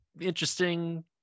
interesting